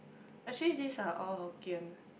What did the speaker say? actually these are all Hokkien